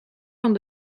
van